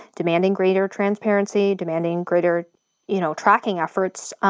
demanding greater transparency, demanding greater you know tracking efforts.